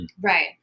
right